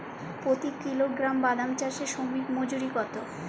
প্রতি কিলোগ্রাম বাদাম চাষে শ্রমিক মজুরি কত?